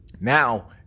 now